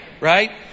Right